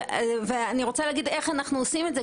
אני רוצה להגיד איך אנחנו עושים את זה,